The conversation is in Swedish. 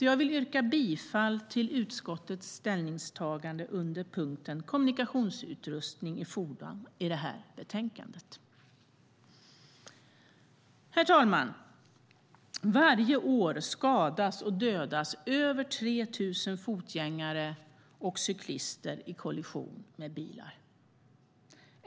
Jag vill yrka bifall till utskottets ställningstagande under punkten Kommunikationsutrustning i fordon i det här betänkandet. Herr talman! Varje år skadas och dödas över 3 000 fotgängare och cyklister i kollisioner med bilar.